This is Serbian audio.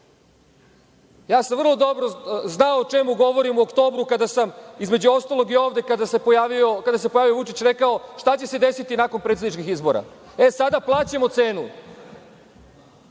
Ja sam vrlo dobro znao o čemu govorim u oktobru, između ostalog i ovde, kada se pojavio Vučić i rekao šta će se desiti nakon predsedničkih izbora. Sada plaćamo cenu.